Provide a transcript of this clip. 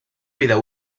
vida